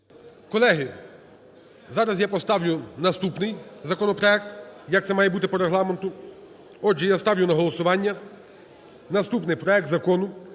Колеги, зараз я поставлю наступний законопроект, як це має бути по Регламенту. Отже, я ставлю на голосування наступний проект Закону